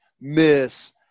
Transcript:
miss